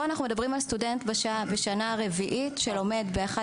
אנחנו מדברים פה על סטודנט בשנה רביעית שלומד באחד